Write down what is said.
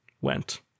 went